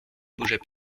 bougeait